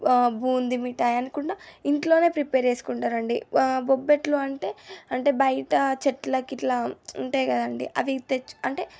బూంది మిఠాయి అనకుండ ఇంట్లోనే ప్రిపేర్ చేసుకుంటారు అండి బొబ్బట్లు అంటే అంటే బయట చెట్లకి ఇట్లా ఉంటాయి కదండి అవి తెచ్చు అంటే